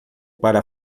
para